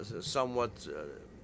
somewhat